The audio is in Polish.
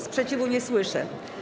Sprzeciwu nie słyszę.